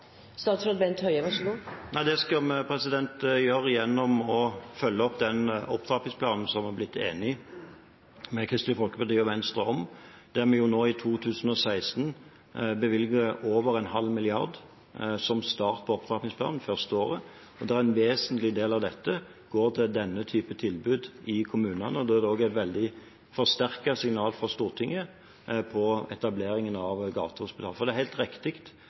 Det skal vi gjøre gjennom å følge opp den opptrappingsplanen som vi har blitt enige med Kristelig Folkeparti og Venstre om, der vi jo nå i 2016 bevilger over en halv milliard kroner som start på opptrappingsplanen det første året, og der en vesentlig del av dette går til denne typen tilbud i kommunene – og da er dette også et veldig forsterket signal fra Stortinget til etableringen av gatehospital. For det er helt riktig